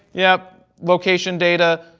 yep, location data,